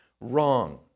Wrong